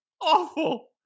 awful